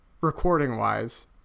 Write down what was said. recording-wise